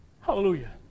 Hallelujah